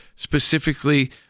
specifically